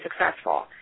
successful